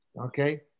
Okay